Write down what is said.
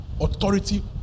Authority